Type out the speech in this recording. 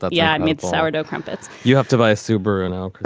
but yeah. meet sour so crumpets you have to buy a subaru now